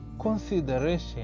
consideration